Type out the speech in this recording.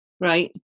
Right